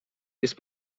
jest